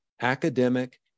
academic